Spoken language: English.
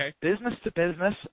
business-to-business